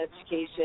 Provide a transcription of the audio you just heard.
education